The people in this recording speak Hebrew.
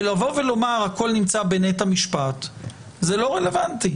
לבוא ולומר שהכול נמצא בנט המשפט, זה לא רלוונטי.